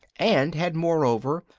and had, moreover,